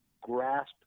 grasp